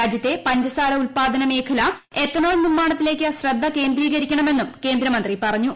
രാജ്യത്തെ പഞ്ചസാര ഉല്പാദന മേഖല എഥനോൾ നിർമ്മാണത്തിലേക്ക് ശ്രദ്ധ കേന്ദ്രീകരിക്കണമെന്നും കേന്ദ്രമന്ത്രി പറഞ്ഞു